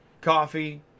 coffee